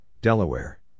Delaware